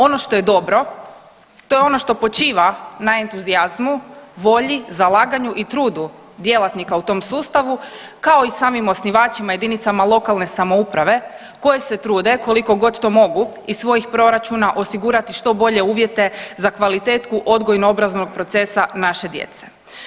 Ono što je dobro, to je ono što počiva na entuzijazmu, volji, zalaganju i trudu djelatnika u tom sustavu kao i samim osnivačima jedinicama lokalne samouprave koje se trude koliko god to mogu iz svojih proračuna osigurati što bolje uvjete za kvalitetu odgojno obrazovnog procesa naše djece.